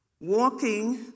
walking